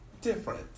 different